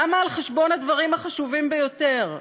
למה על-חשבון הדברים החשובים ביותר?